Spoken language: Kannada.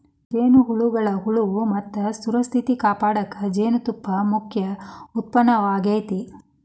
ಜೇನುಹುಳಗಳ ಉಳಿವು ಮತ್ತ ಸುಸ್ಥಿರತೆ ಕಾಪಾಡಕ ಜೇನುತುಪ್ಪ ಮುಖ್ಯ ಉತ್ಪನ್ನವಾಗೇತಿ